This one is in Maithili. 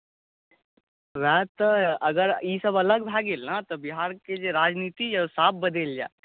वएह तऽ अगर ई सभ अलग भऽ गेल ने तऽ बिहारके जे राजनीति यऽ साफ बदलि जायत